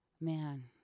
man